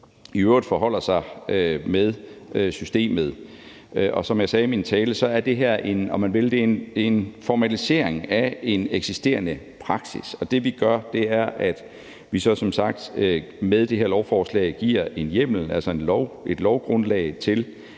i øvrigt forholder sig med systemet. Og som jeg sagde i min tale, er det her, om man vil, en formalisering af en eksisterende praksis. Og det, vi gør med det her lovforslag, er som sagt at give en hjemmel, altså et lovgrundlag for,